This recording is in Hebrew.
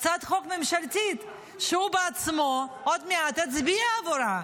הצעת חוק ממשלתית שהוא בעצמו עוד מעט יצביע בעבורה.